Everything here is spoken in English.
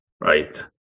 right